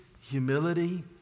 humility